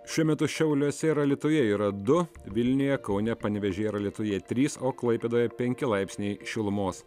šiuo metu šiauliuose ir alytuje yra du vilniuje kaune panevėžyje ir alytuje trys o klaipėdoje penki laipsniai šilumos